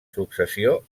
successió